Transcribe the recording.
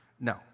no